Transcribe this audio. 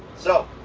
so